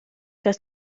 das